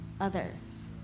others